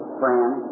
friend